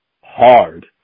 hard